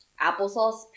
Applesauce